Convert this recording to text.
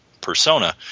persona